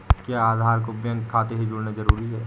क्या आधार को बैंक खाते से जोड़ना जरूरी है?